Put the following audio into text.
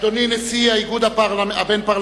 אדוני נשיא האיגוד הבין-פרלמנטרי,